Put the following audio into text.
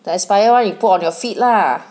the expired one you put on your feet lah